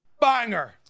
banger